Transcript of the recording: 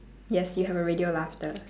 yes you have a radio laughter